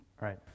Right